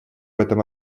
этом